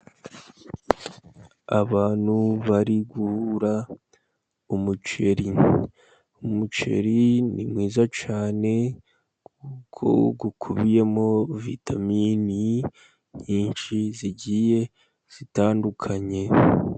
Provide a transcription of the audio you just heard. Abantu bari guhura umuceri. Umuceri ni mwiza cyane, kuko ukubiyemo vitamini nyinshi zigiye zitandukanye.